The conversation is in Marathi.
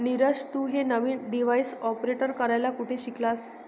नीरज, तू हे नवीन डिव्हाइस ऑपरेट करायला कुठे शिकलास?